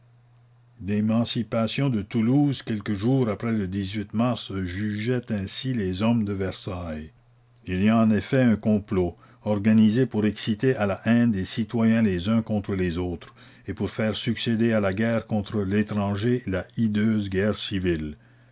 l'emancipation de toulouse quelques jours après le mars jugeait ainsi les hommes de versailles il y a en effet un complot organisé pour exciter à la haine des citoyens les uns contre les autres et pour faire succéder à la guerre contre l'étranger la hideuse guerre civile